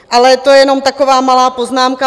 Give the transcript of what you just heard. Ale to je jenom taková malá poznámka.